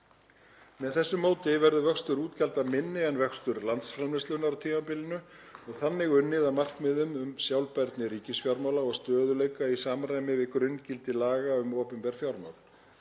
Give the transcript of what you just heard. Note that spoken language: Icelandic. Með þessu móti verður vöxtur útgjalda minni en vöxtur landsframleiðslunnar á tímabilinu og þannig unnið að markmiðum um sjálfbærni ríkisfjármála og stöðugleika í samræmi við grunngildi laga um opinber fjármál.